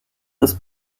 ist